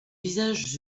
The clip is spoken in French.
visages